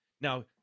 Now